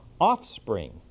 offspring